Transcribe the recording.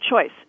choice